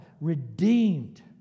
redeemed